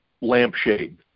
lampshade